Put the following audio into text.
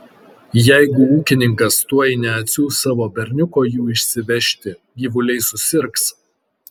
jeigu ūkininkas tuoj neatsiųs savo berniuko jų išsivežti gyvuliai susirgs